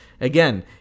again